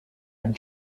and